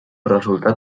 resultat